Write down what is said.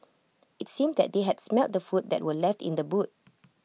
IT seemed that they had smelt the food that were left in the boot